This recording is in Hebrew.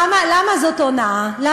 למה זאת הונאה?